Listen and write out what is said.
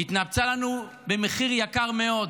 היא התנפצה לנו במחיר יקר מאוד